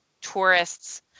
tourists